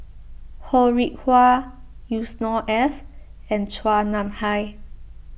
Ho Rih Hwa Yusnor Ef and Chua Nam Hai